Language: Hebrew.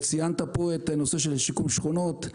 ציינת פה את הנושא של שיקום שכונות.